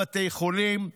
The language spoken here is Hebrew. בתי חולים,